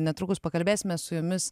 netrukus pakalbėsime su jumis